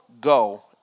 go